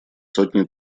сотни